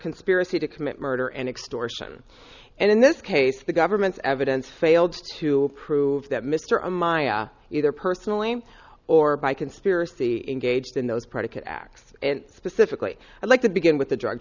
conspiracy to commit murder and extortion and in this case the government's evidence failed to prove that mr a maia either personally or by conspiracy engaged in those predicate acts and specifically i'd like to begin with the drug